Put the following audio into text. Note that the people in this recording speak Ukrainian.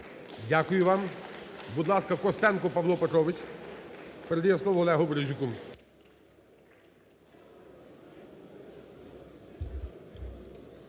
Дякую вам. Будь ласка, Костенко Павло Петрович. Передає слово Олегу Березюку.